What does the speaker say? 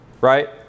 right